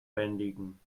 bändigen